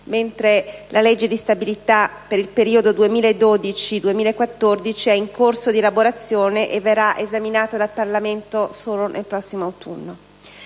mentre la legge di stabilità per il triennio 2012-2014 è in corso di elaborazione e verrà esaminata dal Parlamento nel prossimo autunno.